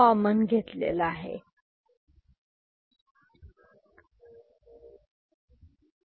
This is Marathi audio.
B' A'